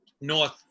North